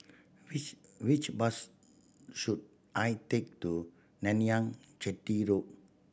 which which bus should I take to Narayanan Chetty Road